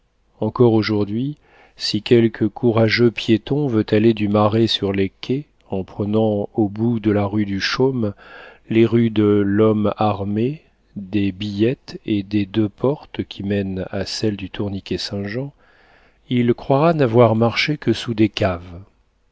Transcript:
encore aujourd'hui si quelque courageux piéton veut aller du marais sur les quais en prenant au bout de la rue du chaume les rues de lhomme armé des billettes et des deux portes qui mènent à celle du tourniquet saint jean il croira n'avoir marché que sous des caves